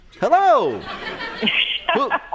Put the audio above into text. Hello